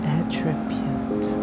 attribute